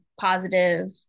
positive